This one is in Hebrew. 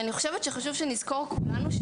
אבל אני חושבת שחשוב שנזכור כולנו,